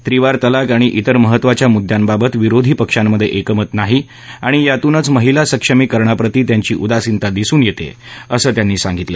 त्रिवार तलाक आणि इतर महत्वाच्या मुद्यांबाबत विरोधी पक्षांमध्ये एकमत नाही आणि यातुनच महिला सक्षमीकरणा प्रति त्यांची उदासीनता दिसून येते असं ते म्हणाले